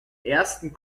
ersten